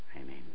Amen